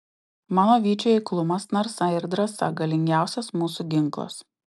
mano vyčių eiklumas narsa ir drąsa galingiausias mūsų ginklas